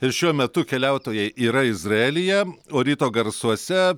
ir šiuo metu keliautojai yra izraelyje o ryto garsuose